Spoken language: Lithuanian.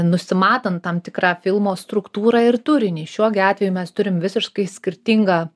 nusimatant tam tikrą filmo struktūrą ir turinį šiuogi atveju mes turim visiškai skirtingą